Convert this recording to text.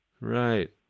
Right